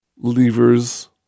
Levers